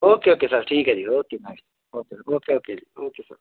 okay okay sir ਠੀਕ ਹੈ ਜੀ okay okay okay okay okay